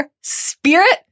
spirit